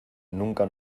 nunca